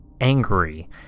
angry